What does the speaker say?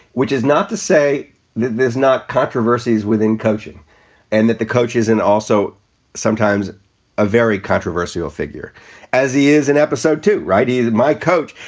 which is not to say there's not controversies within coaching and that the coaches and also sometimes a very controversial figure as he is in episode two. right. is that my coach?